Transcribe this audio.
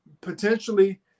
potentially